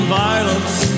violence